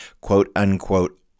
quote-unquote